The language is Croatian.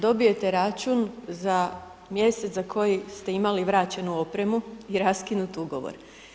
Dobijete račun za mjesec za koji ste imali vraćenu opremu i raskinut Ugovor.